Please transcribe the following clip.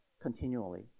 continually